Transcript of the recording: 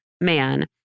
man